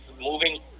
moving